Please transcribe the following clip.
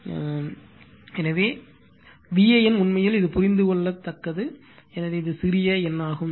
ஆக என் VAN உண்மையில் இது புரிந்துகொள்ள எனவே இது சிறிய n ஆகும்